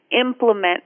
implement